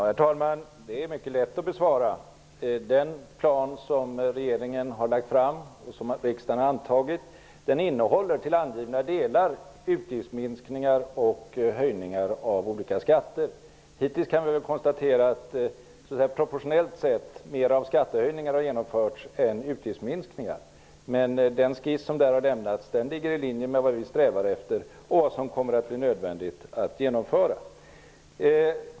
Herr talman! Det är mycket lätt att besvara den frågan. Den plan som regeringen har lagt fram och som riksdagen har antagit innehåller till angivna delar utgiftsminskningar och höjningar av olika skatter. Hittills kan vi konstatera att mera av skattehöjningar än utgiftsminskningar har genomförts proportionellt sett. Men skissen som har lämnats ligger i linje med vad vi strävar efter och med vad som kommer att bli nödvändigt att genomföra.